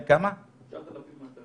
חבריי חברי הוועדה,